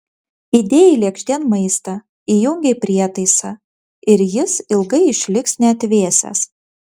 įdėjai lėkštėn maistą įjungei prietaisą ir jis ilgai išliks neatvėsęs